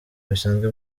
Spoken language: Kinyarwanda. bisanzwe